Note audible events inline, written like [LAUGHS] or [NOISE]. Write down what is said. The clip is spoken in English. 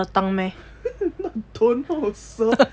[LAUGHS] I don't know also